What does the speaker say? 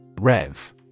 Rev